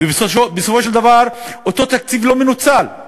ובסופו של דבר אותו תקציב לא מנוצל,